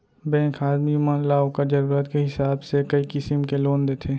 bank ह आदमी मन ल ओकर जरूरत के हिसाब से कई किसिम के लोन देथे